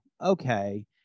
okay